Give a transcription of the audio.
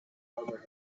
over